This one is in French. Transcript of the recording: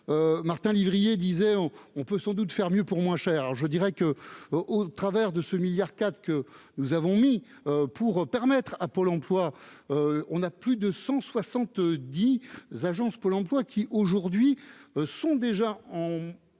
Martin lévrier, disait-on, on peut sans doute faire mieux pour moins cher, je dirais que au au travers de ce milliard 4 que nous avons mis pour permettre à Pôle Emploi, on a plus de 170 agences pour l'emploi qui aujourd'hui sont déjà en